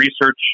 research